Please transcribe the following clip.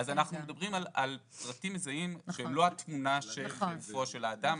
אז אנחנו מדברים על פרטים מזהים שהם לא התמונה של גופו של האדם.